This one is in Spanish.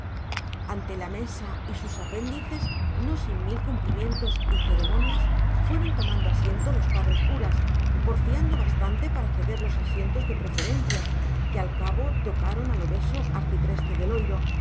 ante la mesa y sus apéndices no sin mil cumplimientos y ceremonias fueron tomando asiento los padres curas porfiando bastante para ceder los asientos de preferencia que al cabo tocaron al obeso arcipreste de